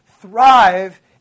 thrive